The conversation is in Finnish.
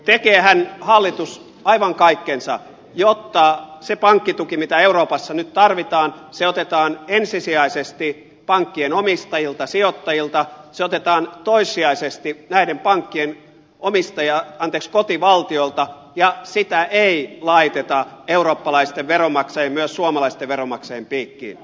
tekeehän hallitus aivan kaikkensa jotta se pankkituki mitä euroopassa nyt tarvitaan otetaan ensisijaisesti pankkien omistajilta sijoittajilta se otetaan toissijaisesti näiden pankkien kotivaltiolta ja sitä ei laiteta eurooppalaisten veronmaksajien myös suomalaisten veronmaksajien piikkiin